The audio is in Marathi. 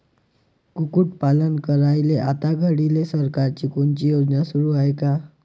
कुक्कुटपालन करायले आता घडीले सरकारची कोनची योजना सुरू हाये का?